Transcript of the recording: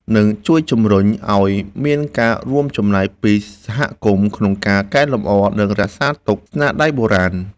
និងជួយជំរុញឲ្យមានការរួមចំណែកពីសហគមន៍ក្នុងការកែលម្អ និងរក្សាទុកស្នាដៃបុរាណ។